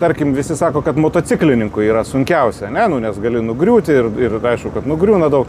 tarkim visi sako kad motociklininkui yra sunkiausia ane nu nes gali nugriūti ir ir aišku kad nugriūna daug